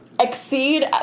exceed